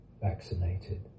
vaccinated